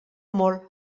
molt